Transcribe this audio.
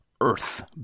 Earth